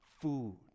food